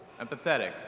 empathetic